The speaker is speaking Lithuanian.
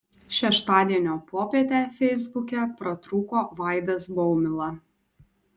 šeštadienio popietę feisbuke pratrūko vaidas baumila